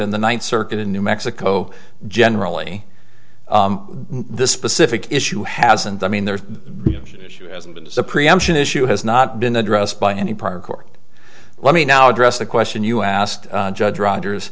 in the ninth circuit in new mexico generally the specific issue hasn't i mean there hasn't been the preemption issue has not been addressed by any prior court let me now address the question you asked judge rogers